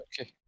Okay